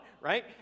right